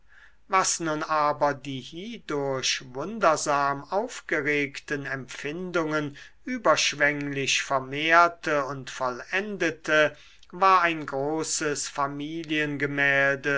was nun aber die hiedurch wundersam aufgeregten empfindungen überschwenglich vermehrte und vollendete war ein großes